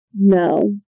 No